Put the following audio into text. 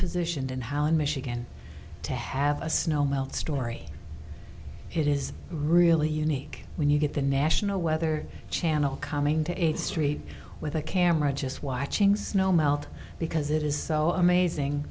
positioned and how in michigan to have a snow melt story it is really unique when you get the national weather channel coming to a street with a camera just watching snow melt because it is so amazing